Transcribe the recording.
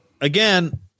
Again